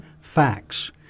facts